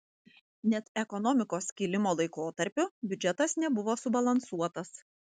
net ekonomikos kilimo laikotarpiu biudžetas nebuvo subalansuotas